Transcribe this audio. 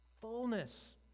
Fullness